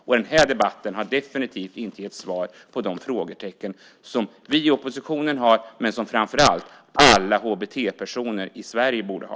Och den här debatten har definitivt inte gett svar på de frågor som vi i oppositionen har, men som framför allt alla HBT-personer i Sverige borde ha.